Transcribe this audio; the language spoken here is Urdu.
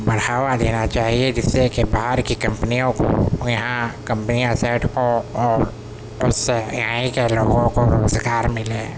بڑھاوا دینا چاہیے جس سے کہ باہر کی کمپنیوں کو یہاں کمپنیاں سیٹ ہوں اور اس سے یہیں کے لوگوں کو روزگار ملے